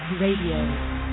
Radio